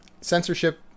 censorship